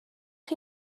chi